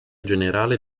generale